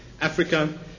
Africa